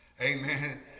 amen